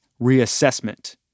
Reassessment